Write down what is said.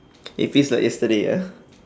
it feels like yesterday ah